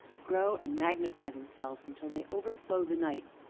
grow and magnify themselves until they overflow the night,